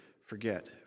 forget